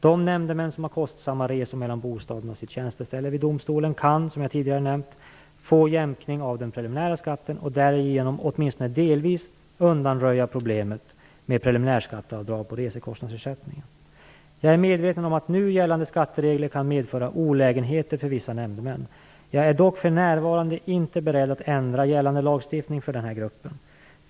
De nämndemän som har kostsamma resor mellan bostaden och sitt tjänsteställe vid domstolen kan, som jag tidigare har nämnt, få jämkning av den preliminära skatten och därigenom åtminstone delvis undanröja problemet med preliminärskatteavdrag på resekostnadsersättningen. Jag är medveten om att nu gällande skatteregler kan medföra olägenheter för vissa nämndemän. Jag är dock för närvarande inte beredd att ändra gällande lagstiftning för denna grupp.